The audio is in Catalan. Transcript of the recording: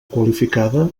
qualificada